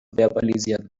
verbalisieren